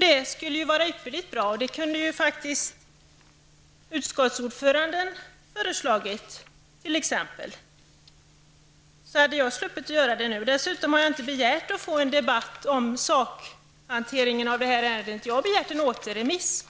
Det skulle ju vara ypperligt, och det kunde t.ex. utskottets ordförande ha föreslagit, så hade jag sluppit göra det nu. Dessutom har jag inte begärt att få en debatt om sakhanteringen i det här ärendet. Jag har begärt en återremiss.